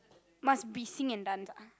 must be sing and dance ah